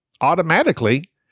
automatically